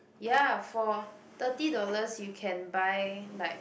ya for thirty dollars you can buy like